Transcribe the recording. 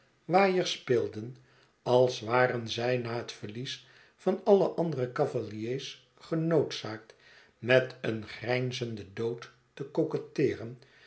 waaiers speelden als waren zij na het verlies van alle andere cavaliers genoodzaakt met den grijnzenden dood te